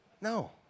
No